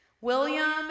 William